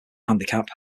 handicap